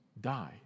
die